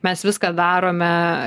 mes viską darome